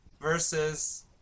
versus